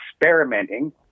experimenting